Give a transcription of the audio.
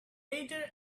either